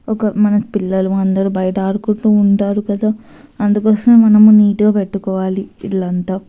ఒక మన పిల్లలు అందరు బయట ఆడుకుంటూ ఉంటారు కదా అందుకోసం మనం నీట్గా పెట్టుకోవాలి ఇల్లంతా